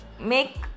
make